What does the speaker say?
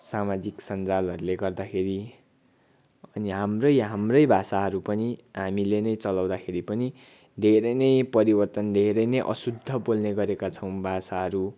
सामाजिक सञ्जालहरूले गर्दाखेरि अनि हाम्रै हाम्रै भाषाहरू पनि हामीले नै चलाउँदाखेरि पनि धेरै नै परिवर्तन धेरै नै अशुद्ध बोल्ने गरेका छौँ भाषाहरू